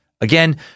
Again